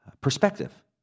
perspective